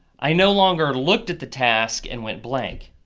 i no longer looked at the task and went blank.